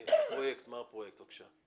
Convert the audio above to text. מר פרויקט, בבקשה.